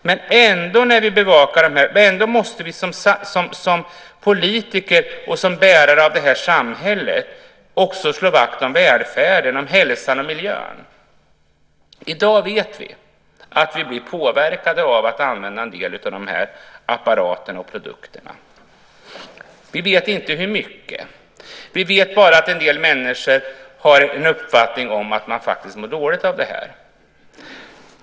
Men ändå måste vi som politiker och bärare av det här samhället också slå vakt om välfärden, hälsan och miljön. I dag vet vi att vi blir påverkade av att använda en del av de här apparaterna och produkterna. Vi vet inte hur mycket. Vi vet bara att en del människor har den uppfattningen att de faktiskt mår dåligt av det här.